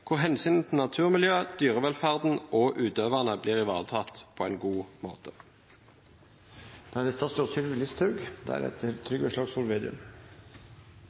hvor hensynet til naturmiljøet, dyrevelferden og utøverne blir ivaretatt på en god